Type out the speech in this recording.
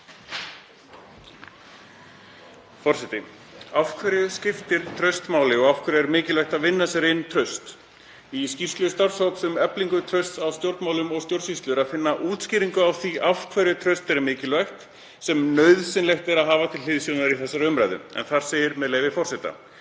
Forseti. Af hverju skiptir traust máli og af hverju er mikilvægt að vinna sér inn traust? Í skýrslu starfshóps um eflingu trausts á stjórnmálum og stjórnsýslu er að finna útskýringu á því af hverju traust er mikilvægt, sem nauðsynlegt er að hafa til hliðsjónar í þessari umræðu. Þar segir, með leyfi forseta: